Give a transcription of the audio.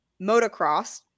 Motocross